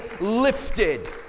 lifted